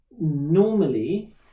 normally